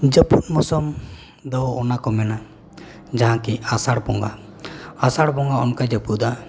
ᱡᱟᱹᱯᱩᱫ ᱢᱳᱥᱳᱢ ᱫᱚ ᱚᱱᱟᱠᱚ ᱢᱮᱱᱟ ᱡᱟᱦᱟᱸ ᱠᱤ ᱟᱥᱟᱲ ᱵᱚᱸᱜᱟ ᱟᱥᱟᱲ ᱵᱚᱸᱜᱟ ᱚᱱᱠᱟᱭ ᱡᱟᱹᱯᱩᱫᱟ